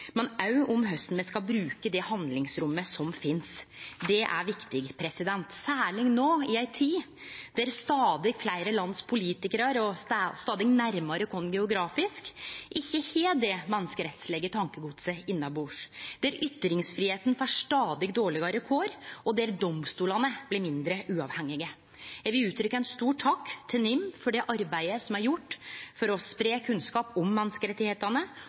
men også om korleis me skal bruke det handlingsrommet som finst. Det er viktig, særleg no i ei tid der politikarane i stadig fleire land og stadig nærare oss geografisk ikkje har det menneskerettslege tankegodset innanbords, der ytringsfridomen får stadig dårlegare kår, og der domstolane blir mindre uavhengige. Eg vil rette ein stor takk til NIM for det arbeidet som er gjort for å spreie kunnskap om